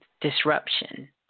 Disruption